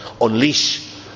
unleash